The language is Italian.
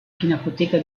pinacoteca